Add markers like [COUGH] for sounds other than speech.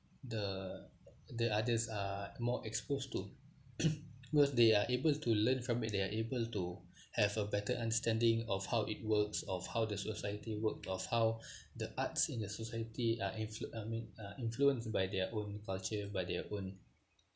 the the others are more exposed to [COUGHS] because they are able to learn from it they are able to have a better understanding of how it works of how the society work of how [BREATH] the arts in their society are influ~ I mean are influenced by their own culture by their own